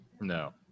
No